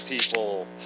people